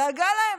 דאגה להם,